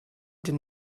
did